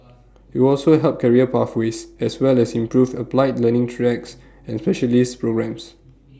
IT will also help career pathways as well as improve applied learning tracks and specialist programmes